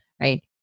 Right